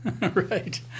Right